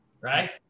right